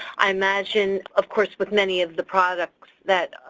i imagine of course with many of the products that ah,